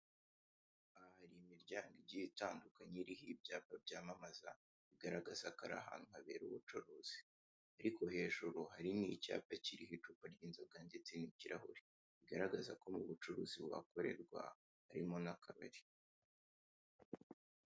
Aha hari imiryango igiye itandukanye iriho ibyapa byamamaza igaragaza ko ari ahantu habera ubucuruzi ariko hejuruhari n'icyapa kiriho icupa ry'inzoga ndetse n'ikirahure bigaragaza ko mu bucuruzi buhakorerwa harimo n'akabari.